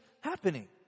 happening